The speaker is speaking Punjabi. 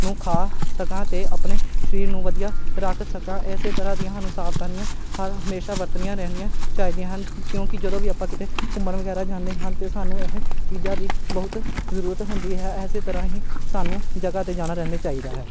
ਨੂੰ ਖਾ ਸਕਾਂ ਅਤੇ ਆਪਣੇ ਸਰੀਰ ਨੂੰ ਵਧੀਆ ਰੱਖ ਸਕਾਂ ਇਸ ਤਰ੍ਹਾਂ ਦੀਆਂ ਸਾਨੂੰ ਸਾਵਧਾਨੀਆਂ ਹਰ ਹਮੇਸ਼ਾ ਵਰਤਣੀਆਂ ਰਹਿੰਦੀਆਂ ਚਾਹੀਦੀਆਂ ਹਨ ਕਿਉਂਕਿ ਜਦੋਂ ਵੀ ਆਪਾਂ ਕਿਤੇ ਘੁੰਮਣ ਵਗੈਰਾ ਜਾਂਦੇ ਹਨ ਤਾਂ ਸਾਨੂੰ ਇਹ ਚੀਜ਼ਾਂ ਦੀ ਬਹੁਤ ਜ਼ਰੂਰਤ ਹੁੰਦੀ ਹੈ ਇਸ ਤਰ੍ਹਾਂ ਹੀ ਸਾਨੂੰ ਜਗ੍ਹਾ 'ਤੇ ਜਾਣਾ ਰਹਿੰਦੇ ਚਾਹੀਦਾ ਹੈ